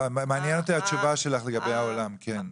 מעניינת אותי התשובה שלך לגבי העולם, כן?